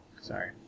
Sorry